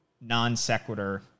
non-sequitur